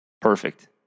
Perfect